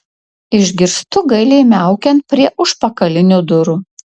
išgirstu gailiai miaukiant prie užpakalinių durų